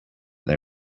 they